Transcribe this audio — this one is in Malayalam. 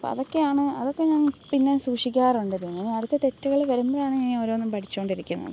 അപ്പോൾ അതൊക്കെയാണ് അതൊക്കെ ഞങ്ങൾ പിന്നെ സൂക്ഷിക്കാറുണ്ട് പിന്നെ ഇനി അടുത്ത തെറ്റുകൾ വരുമ്പോഴാണ് ഇനി ഓരോന്നും പഠിച്ചുകൊണ്ടിരിക്കുന്നത്